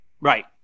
Right